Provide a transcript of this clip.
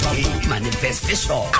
Manifestation